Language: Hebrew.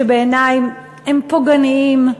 שבעיני הם פוגעניים,